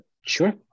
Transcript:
Sure